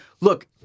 look